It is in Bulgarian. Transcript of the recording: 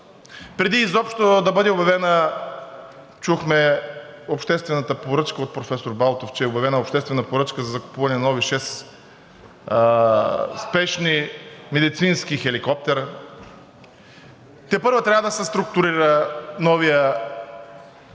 преди изобщо да бъде обявена обществената поръчка. Чухме от професор Балтов, че е обявена обществена поръчка за закупуване на нови шест спешни медицински хеликоптера. Тепърва трябва да се структурира новият